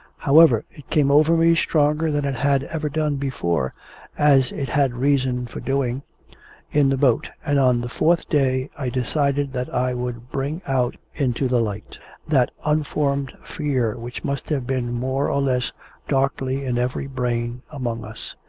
however, it came over me stronger than it had ever done before as it had reason for doing in the boat, and on the fourth day i decided that i would bring out into the light that unformed fear which must have been more or less darkly in every brain among us.